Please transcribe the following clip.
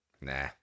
nah